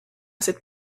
cette